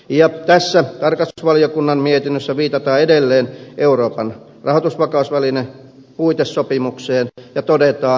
ja tässä tarkastusvaliokunnan mietinnössä viitataan edelleen euroopan rahoitusvakausvälinepuitesopimukseen ja todetaan